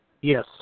Yes